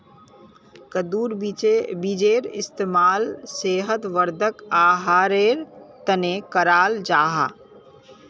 कद्दुर बीजेर इस्तेमाल सेहत वर्धक आहारेर तने कराल जाहा